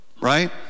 Right